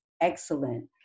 excellent